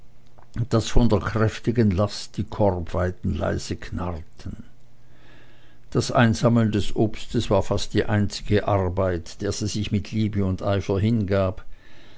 daß von der kräftigen last die korbweiden leise knarrten das einsammeln des obstes war fast die einzige arbeit der sie sich mit liebe und eifer hingab